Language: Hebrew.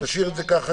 תשאיר את זה כך,